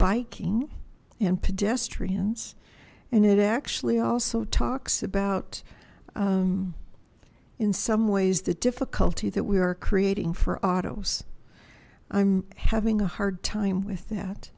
pedestrians and it actually also talks about in some ways the difficulty that we are creating for autos i'm having a hard time with that